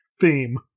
theme